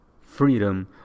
freedom